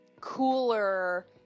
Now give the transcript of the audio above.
cooler